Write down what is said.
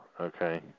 okay